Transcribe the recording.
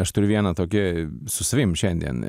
aš turiu vieną tokį su savimi šiandien